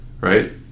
right